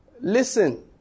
Listen